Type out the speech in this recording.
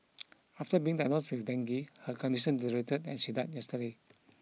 after being diagnosed with dengue her condition deteriorated and she died yesterday